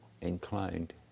inclined